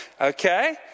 okay